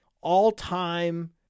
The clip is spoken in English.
all-time